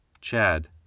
Chad